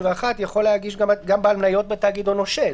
יכול להגיש גם בעל מניות בתאגיד או נושה,